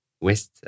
west